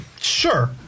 sure